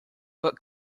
but